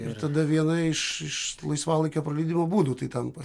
ir tada viena iš iš laisvalaikio praleidimo būdų tai tampa